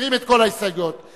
ההסתייגות לחלופין